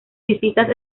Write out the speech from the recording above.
visitas